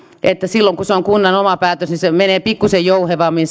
että silloin kun se on kunnan oma päätös niin se päätöksenteko menee pikkusen jouhevammin